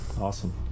Awesome